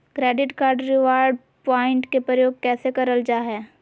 Credit card reward point के प्रयोग कैसे करल जा है?